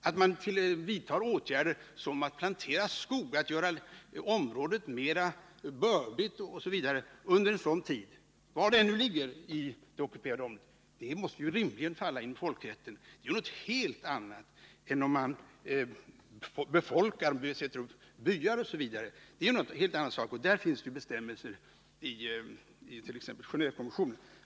Att man vidtar åtgärder som att plantera skog, att göra området mera bördigt osv. under den tid det gäller — vilken del av det ockuperade området det än är fråga om — måste rimligen falla inom folkrätten. Det är något helt annat än om man befolkar området, anlägger byar osv. Där finns det ju bestämmelser i Gené&vekonventionen.